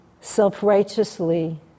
self-righteously